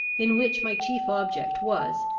in which my chief object was,